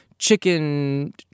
chicken